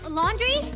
laundry